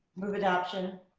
move adoption.